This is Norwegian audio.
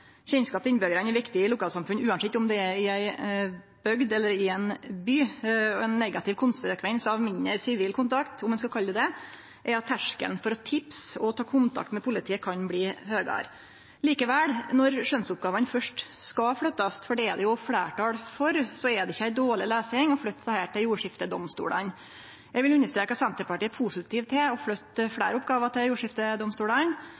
Kjennskap til innbyggjarane er viktig i lokalsamfunn, uansett om det er ei bygd eller ein by. Ein negativ konsekvens av mindre sivil kontakt, om ein skal kalle det det, er at terskelen for å tipse og ta kontakt med politiet kan bli høgare. Likevel: Når skjønnsoppgåvene først skal flyttast, for det er det fleirtal for, er det ikkje ei dårleg løysing å flytte desse til jordskiftedomstolane. Eg vil understreke at Senterpartiet er positiv til å flytte